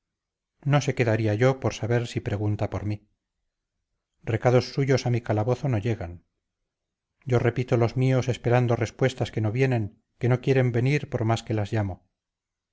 no sé qué daría yo por saber si pregunta por mí recados suyos a mi calabozo no llegan yo repito los míos esperando respuestas que no vienen que no quieren venir por mas que las llamo